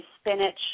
spinach